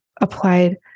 Applied